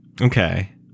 okay